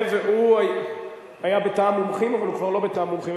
היה בתא המומחים, אבל הוא כבר לא בתא המומחים.